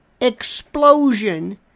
explosion